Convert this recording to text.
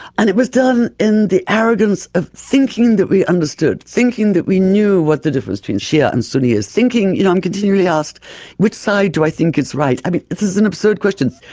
and it was done in the arrogance of thinking that we understood, thinking that we knew what the difference between shia and sunni is, thinking, you know, i'm continually asked which side do i think is right. i mean, this is an absurd question,